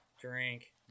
Drink